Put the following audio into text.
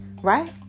right